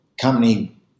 company